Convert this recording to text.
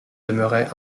demeurait